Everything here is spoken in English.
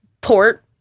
Port